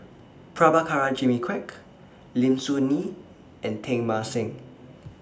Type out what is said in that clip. Prabhakara Jimmy Quek Lim Soo Ngee and Teng Mah Seng